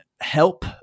Help